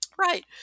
Right